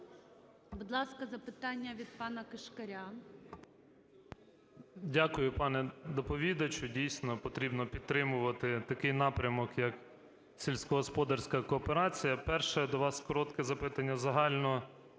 Будь ласка, запитання від пана Кишкаря. 17:44:45 КИШКАР П.М. Дякую, пане доповідачу. Дійсно потрібно підтримувати такий напрямок як сільськогосподарська кооперація. Перше до вас коротке запитання загальнополітичне